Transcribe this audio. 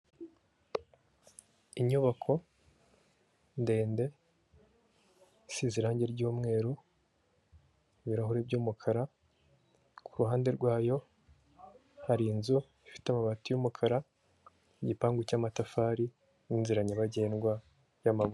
Inyubako ndende isize irangi ry'umweru, ibirahuri by'umukara ku ruhande rwayo hari inzu ifite amabati y'umukara n'igipangu cy'amatafari n'inzira nyabagendwa y'amaguru.